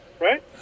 right